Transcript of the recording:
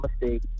mistake